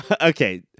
okay